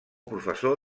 professor